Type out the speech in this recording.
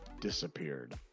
disappeared